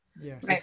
Yes